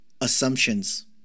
Assumptions